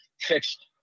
fixed